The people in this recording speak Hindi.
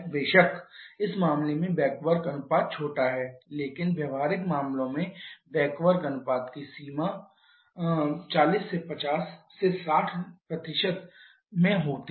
बेशक इस मामले में बैक वर्क अनुपात छोटा है लेकिन व्यावहारिक मामलों में बैक वर्क अनुपात 40 50 60 की सीमा में हो सकता है